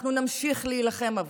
אנחנו נמשיך להילחם בעבורכם.